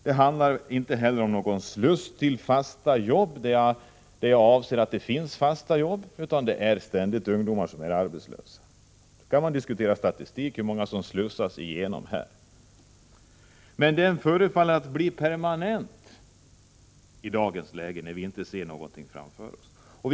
Det handlar inte heller om någon sluss till fasta jobb, utan det är ständigt ungdomar som är arbetslösa. Sedan kan man studera statistik över hur många som slussas igenom. Ungdomslagen förefaller i dagens läge att bli permanenta. Vi ser som sagt inte något annat framför oss.